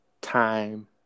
time